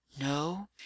no